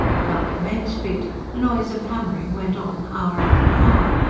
down in main street the noise of hammering went on hour after hour.